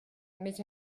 mais